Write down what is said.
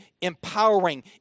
empowering